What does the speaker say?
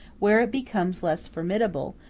where it becomes less formidable,